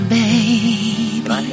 baby